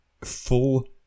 full